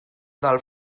del